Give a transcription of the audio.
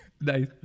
Nice